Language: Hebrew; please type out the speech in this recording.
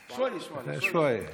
שוואיה-שוואיה.